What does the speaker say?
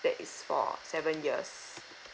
that is for seven years